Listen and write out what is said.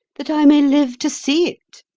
that i may live to see it.